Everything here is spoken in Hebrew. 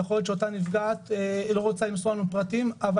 יכול להיות שאותה נפגעת לא רוצה למסור לנו פרטים אבל